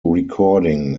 recording